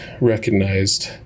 recognized